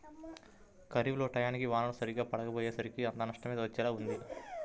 ఖరీఫ్ లో టైయ్యానికి వానలు సరిగ్గా పడకపొయ్యేసరికి అంతా నష్టమే వచ్చేలా ఉంది